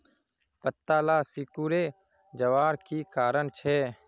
पत्ताला सिकुरे जवार की कारण छे?